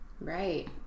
Right